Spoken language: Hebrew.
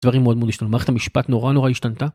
דברים מאוד מאוד השתנו. מערכת המשפט נורא נורא השתנתה.